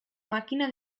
màquina